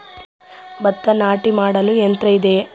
ಭತ್ತ ನಾಟಿ ಮಾಡಲು ಯಂತ್ರ ಇದೆಯೇ?